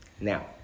Now